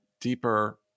deeper